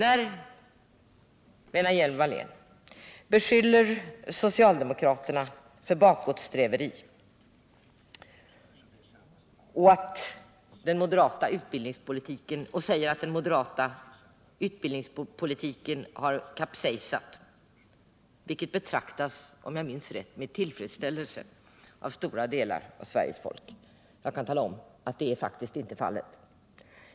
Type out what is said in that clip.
Lena Hjelm-Wallén beskyller moderaterna för bakåtsträveri och säger att den moderata utbildningspolitiken har kapsejsat, vilket betraktas — om jag minns rätt — med tillfredsställelse av stora delar av Sveriges folk. Jag kan tala om att så faktiskt inte är fallet.